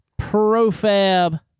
profab